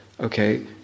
okay